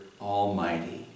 Almighty